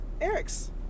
Eric's